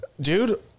dude